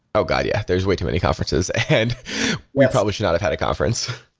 oh, god! yeah. there's way too many conferences, and we probably should not have had a conference.